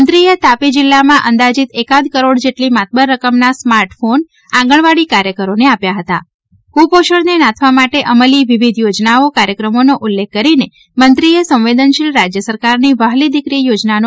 મંત્રી એ તાપી જિલ્લામાં અંદાજીત એકાદ કરોડ જેટલી માતબર રકમના સ્માર્ટ ફોન આંગણવાડી કાર્યકરોને અપાય હતા કુપોષને નાથવા માટે અમલી વિવિધ યોજનાઓ કાર્યક્રમોનો ઉલ્લેખ કરીને મંત્રી એ સંવેદનશીલ રાજ્ય સરકારની વ્હાલી દિકરી યોજનાનો પણ સૌને ખ્યાલ આપ્યો હતો